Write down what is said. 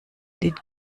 den